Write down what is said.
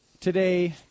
today